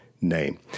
name